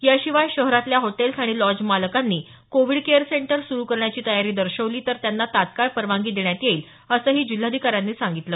याशिवाय शहरातल्या हॉटेल्स आणि लॉज मालकांनी कोविड केअर सेंटर सुरू करण्याची तयारी दर्शवली तर त्यांना तात्काळ परवानगी देण्यात येईल असंही जिल्हाधिकाऱ्यांनी सांगितलं